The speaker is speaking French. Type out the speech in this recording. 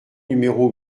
numéro